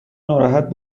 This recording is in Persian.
ناراحت